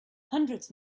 hundreds